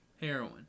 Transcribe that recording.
Heroin